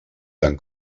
tan